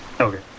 Okay